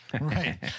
Right